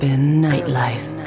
nightlife